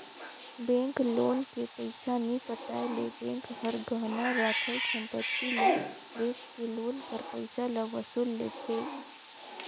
bank loan के पइसा नी पटाए ले बेंक हर गहना राखल संपत्ति ल बेंच के लोन कर पइसा ल वसूल लेथे